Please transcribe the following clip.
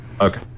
Okay